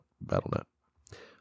Battle.net